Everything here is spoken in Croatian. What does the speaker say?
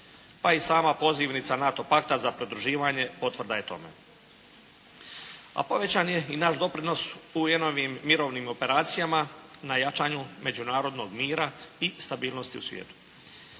Pa i sama Pozivnica NATO pakta za pridruživanje potvrda je tome. A povećan je i naš doprinos UN-ovim mirovnim operacijama na jačanju međunarodnog mira i stabilnosti u svijetu.